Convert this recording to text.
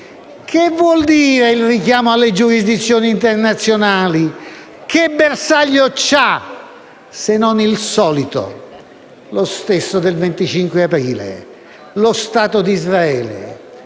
Che vuol dire il richiamo alle giurisdizioni internazionali? Che bersaglio ha se non il solito, lo stesso del 25 aprile? Lo Stato d'Israele,